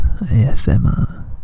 ASMR